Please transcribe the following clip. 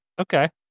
Okay